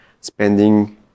spending